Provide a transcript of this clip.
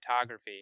photography